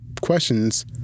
questions